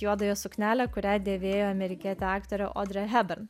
juodąją suknelę kurią dėvėjo amerikietė aktorė odrė hebern